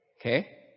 Okay